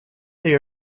they